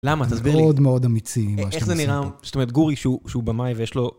למה? תסביר לי. מאוד מאוד אמיצי, מה שאתם עושים פה. איך זה נראה? זאת אומרת, גורי שהוא שהוא במים ויש לו...